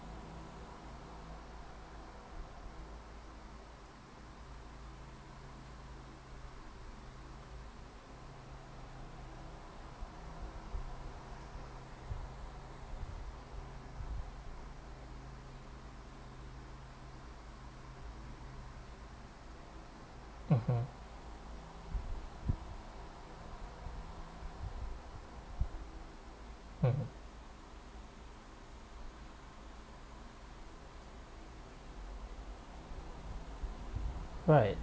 mmhmm mm right